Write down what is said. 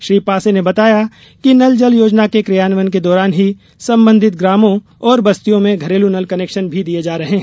श्री पांसे ने बताया कि नल जल योजना के कियान्वयन के दौरान ही संबंधित ग्रामों और बस्तियों में घरेलू नल कनेक्शन भी दिये जा रहे हैं